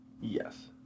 yes